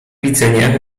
widzenia